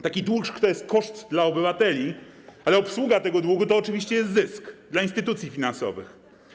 Taki dług to jest koszt dla obywateli, ale obsługa tego długu to oczywiście jest zysk dla instytucji finansowych.